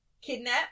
Kidnap